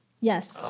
Yes